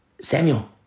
Samuel